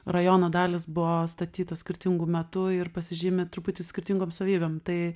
rajono dalys buvo statytos skirtingu metu ir pasižymi truputį skirtingom savybėm tai